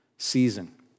season